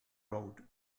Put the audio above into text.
road